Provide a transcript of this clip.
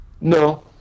No